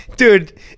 Dude